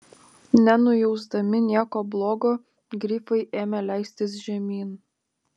nenujausdami nieko blogo grifai ėmė leistis žemyn